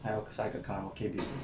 他要 start 一个 karaoke business